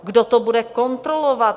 Kdo to bude kontrolovat?